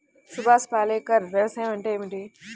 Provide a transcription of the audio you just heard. సుభాష్ పాలేకర్ వ్యవసాయం అంటే ఏమిటీ?